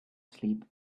sleep